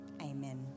amen